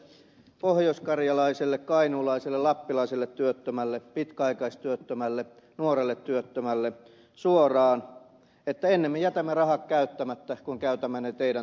ministeri cronberg te sanoitte pohjoiskarjalaiselle kainuulaiselle lappilaiselle työttömälle pitkäaikaistyöttömälle nuorelle työttömälle suoraan että ennemmin jätämme rahat käyttämättä kuin käytämme ne teidän työllistämiseenne